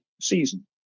season